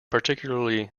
particularly